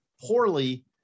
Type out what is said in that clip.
poorly